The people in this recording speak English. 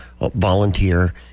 volunteer